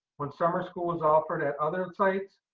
when summer school was offered at other sites,